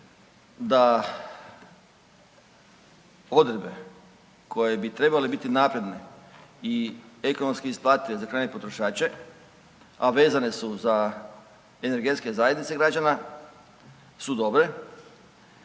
da odredbe koje bi trebale biti napredne i ekonomski isplative za krajnje potrošače, a vezane su za energetske zajednice građana su dobre,